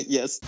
Yes